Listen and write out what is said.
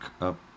up